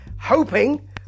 Hoping